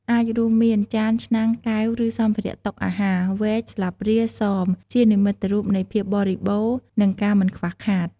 អាចរួមមាន ចាន ឆ្នាំង កែវ ឬសម្ភារៈតុអាហារ វែក ស្លាបព្រា សម ជានិមិត្តរូបនៃ ភាពបរិបូរណ៍ និង ការមិនខ្វះខាត។